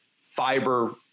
fiber